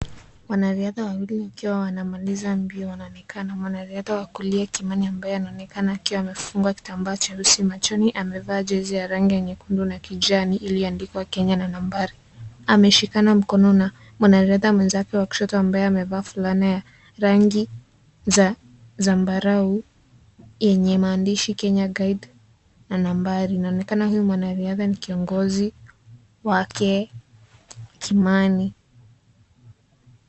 Wanariadha wawili wakiwa wanamaliza mbio wanaonekana. Mwanariadha wa kulia Kimani ambaye anaonekana akiwa amefungwa kitambaa cheusi machoni amevaa jezi ya rangi ya nyekundu na kijani iliyoandikwa Kenya na nambari. Ameshikana mkono na mwanariadha mwenzake wa kushoto ambaye amevaa fulana ya rangi za zambarau yenye maandishi Kenya guide na nambari. Inaonekana huyu mwanariadha ni kiongozi wake Kimani.